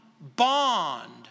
bond